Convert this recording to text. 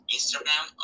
Instagram